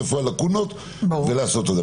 איפה הלקונות ולעשות את זה.